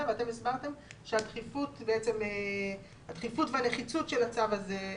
ואתם הסברתם שהדחיפות והנחיצות של הצו הזה,